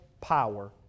power